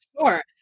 sure